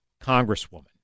congresswoman